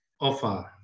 offer